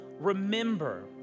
remember